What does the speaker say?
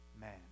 Man